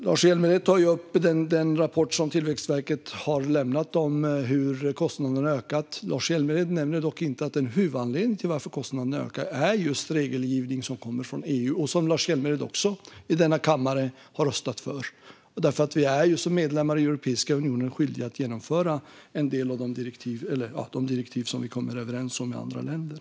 Lars Hjälmered tar upp rapporten från Tillväxtverket om hur kostnaderna har ökat. Lars Hjälmered nämner dock inte att en huvudanledning till att kostnaderna ökar är regelgivning som kommer från EU, som även Lars Hjälmered i denna kammare har röstat för. Vi är ju som medlemmar i Europeiska unionen skyldiga att genomföra de direktiv vi kommer överens om med andra länder.